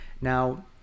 Now